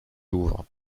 louvre